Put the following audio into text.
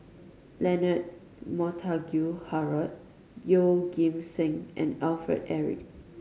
Leonard Montague Harrod Yeoh Ghim Seng and Alfred Eric